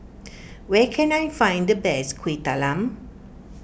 where can I find the best Kueh Talam